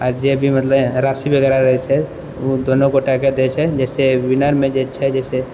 आ जे भी मतलब राशि वगैरह रहए छै दोनो गोटाके दए छै जैसे विनरमे जे छै जैसे